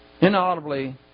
inaudibly